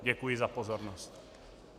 Děkuji za pozornost.